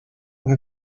and